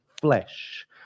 flesh